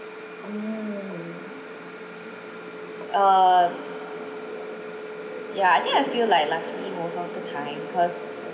mm uh ya I think I feel like lucky most of the time cause